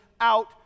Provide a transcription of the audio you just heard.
out